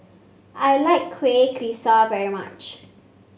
I like Kuih Kaswi very much